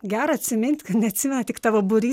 gera atsimint kad neatsimena tik tavo būry